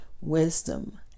wisdom